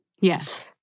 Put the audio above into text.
Yes